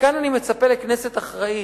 כאן אני מצפה לכנסת אחראית,